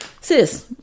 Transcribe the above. sis